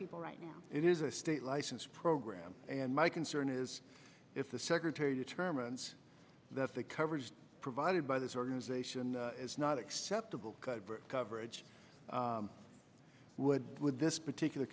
people right now it is a state license program and my concern is if the secretary determines that the coverage provided by this organization is not acceptable coverage would with this particular